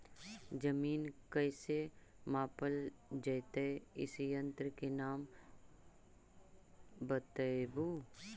जमीन कैसे मापल जयतय इस यन्त्र के नाम बतयबु?